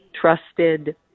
trusted